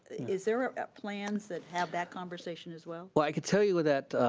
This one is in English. is there ah plans that have that conversations as well? well, i can tell you that,